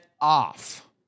off